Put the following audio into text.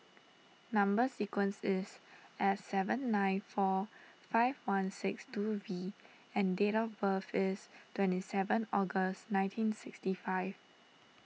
Number Sequence is S seven nine four five one six two V and date of birth is twenty seven August nineteen sixty five